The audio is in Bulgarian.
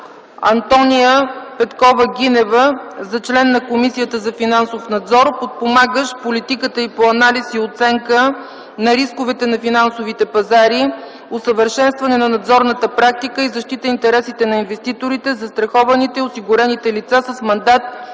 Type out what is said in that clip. Антония Петкова Гинева – за член на Комисията за финансов надзор, подпомагащ политиката й по анализ и оценка на рисковите на финансовите пазари, усъвършенстване на надзорната практика и защита интересите на инвеститорите, застрахованите и осигурените лица с мандат